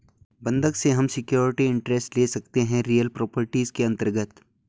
बंधक से हम सिक्योरिटी इंटरेस्ट ले सकते है रियल प्रॉपर्टीज के अंतर्गत